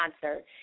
concert